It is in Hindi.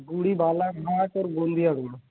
बुड़ी बालाघाट और गोंदिया रोड़